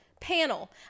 Panel